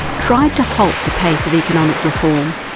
tried to halt the pace of economic reform,